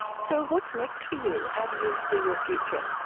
so what's next for you? how do you see your future?